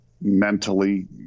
mentally